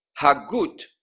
Hagut